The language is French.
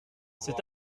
cet